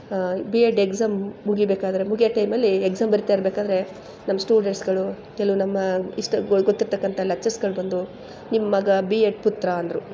B Ed exam ಮುಗಿಬೇಕಾದರೆ ಮುಗಿಯೋ ಟೈಮಲ್ಲಿ ಎಕ್ಸಾಮ್ ಬರಿತಾ ಇರಬೇಕಾದ್ರೆ ನಮ್ಮ ಸ್ಟೂಡೆಂಟ್ಸ್ಗಳು ಕೆಲವು ನಮ್ಮ ಇಷ್ಟದ ಗೊತ್ತಿರ್ತಕ್ಕಂಥ ಲೆಕ್ಚರ್ಸ್ಗಳು ಬಂದು ನಿಮ್ಮ ಮಗ ಬಿ ಎಡ್ ಪುತ್ರ ಅಂದರು